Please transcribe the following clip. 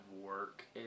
work